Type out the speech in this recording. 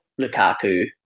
Lukaku